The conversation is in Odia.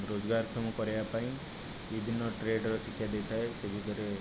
ରୋଜଗାର କ୍ଷମ କରାଇବା ପାଇଁ ବିଭିନ୍ନ ଟ୍ରେଡ଼୍ର ଶିକ୍ଷା ଦେଇଥାଏ ସେ ଭିତରେ